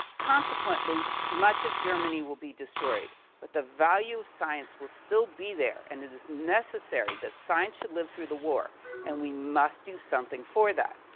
consequently much of germany will be destroyed, but the value of science will still be there and it is necessary that science should live through the war and we must do something for that.